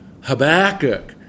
Habakkuk